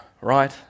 right